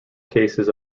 cases